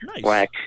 Black